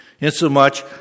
insomuch